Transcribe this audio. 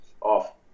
off